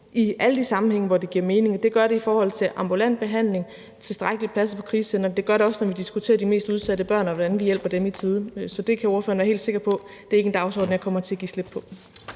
i alle de sammenhænge, hvor det giver mening. Det gør det i forhold til ambulant behandling og tilstrækkeligt med pladser på krisecentrene, og det gør det også, når vi diskuterer de mest udsatte børn, og hvordan vi hjælper dem i tide. Så ordføreren kan være helt sikker på, at det ikke er en dagsorden, jeg kommer til at give slip på.